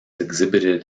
exhibited